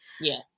Yes